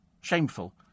Shameful